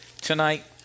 tonight